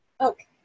Okay